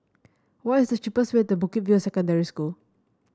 what is the cheapest way to Bukit View Secondary School